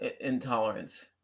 intolerance